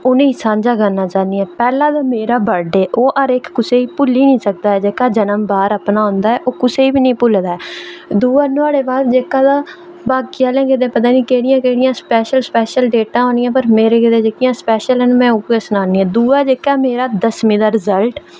उ'नें गी सांझा करना चाह्न्नीं आं पैह्ला ते मेरा बर्थ डे जेह्का कुसै गी भुल्ली निं सकदा जेह्ड़ा जन्म वार अपना होंदा ऐ ओह् कुसै गी निं भुल्ली सकदा ऐ दूआ नुहाड़े बाद जेह्का तां बाकी आह्लें आस्तै पता निं केह्ड़ियां केह्ड़ियां स्पैशल डेटां होनियां न पर मेरे गितै स्पैशल न जेह्कियां ओह् तुसें गी सनानी आं दूआ जेह्का मेरा दसमीं दा रिज्लट